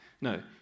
No